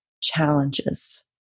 challenges